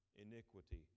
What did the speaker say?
iniquity